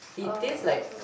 it taste like